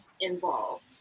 involved